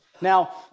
Now